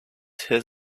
his